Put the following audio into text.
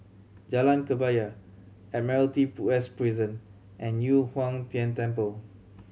Jalan Kebaya Admiralty West Prison and Yu Huang Tian Temple